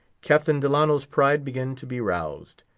captain delano's pride began to be roused.